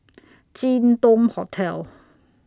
Jin Dong Hotel